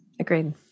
Agreed